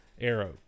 arrow